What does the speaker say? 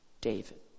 David